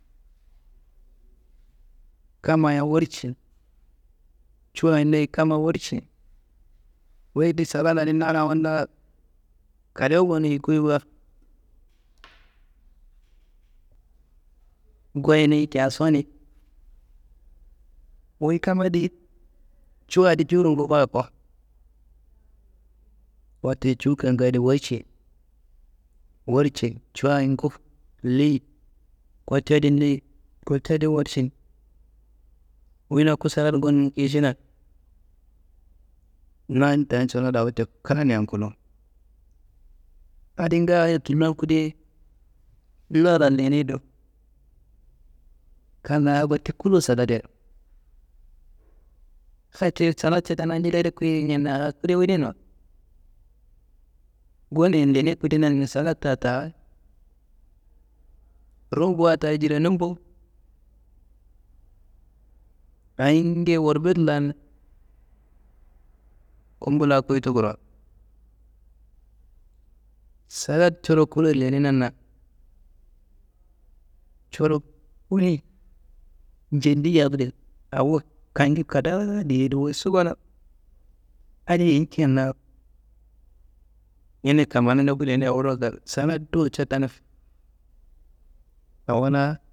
Kammaye warci, cuwa leyi kama warci, wuyi di salal adi na laan wolla kalewu gonuyi yukuyi wo, goyini jason, i wuyi kam adi cuwu adi jowuro ngufa ko. Wote cuwu konga di warceyi warceyi, cuwa ye ngufu leyi kote adin leyi kote adin warcin, wuyi loku salad gonu muku yišinan nan taa salad wote klanean kulowo, adi ngaayo tullon kudo na laan leneyi do kan laayi akoti kulo saladya no, hatiyi salad cedena jili adi kuyeyi ňanna a kude wune no. Ngone lene kudenanni salada taa rumbuwa taa jirenum bo, ayingeye worbet laan kumbu laa kuyitu kurowo, salad coro kuloyen lenenanna coro kuli njeliyi yambe awo kannju kadaa diyeyi do, wuyi subanna adi ayi kinna ňene kamani ndoku leneya wuro gal salad dowo ca daan awo laa.